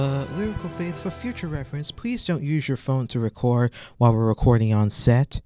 the future reference please don't use your phone to record while recording on